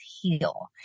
heal